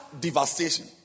devastation